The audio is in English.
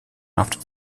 after